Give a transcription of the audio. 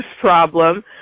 problem